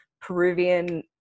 peruvian